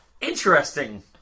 interesting